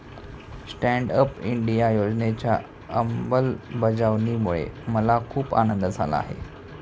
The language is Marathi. स्टँड अप इंडिया योजनेच्या अंमलबजावणीमुळे मला खूप आनंद झाला आहे